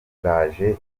utangaje